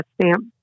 stamp